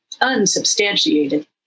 unsubstantiated